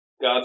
God